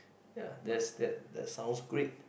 ya that's that that sounds great